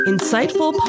Insightful